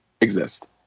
exist